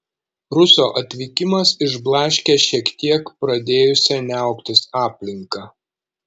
ruso atvykimas išblaškė šiek tiek pradėjusią niauktis aplinką